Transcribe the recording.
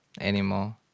anymore